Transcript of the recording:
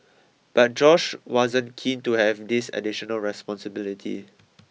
but Josh wasn't keen to have this additional responsibility